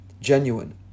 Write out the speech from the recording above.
genuine